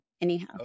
anyhow